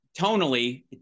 tonally